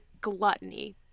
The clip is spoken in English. gluttony